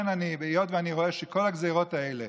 היות שאני רואה שכל הגזרות האלה,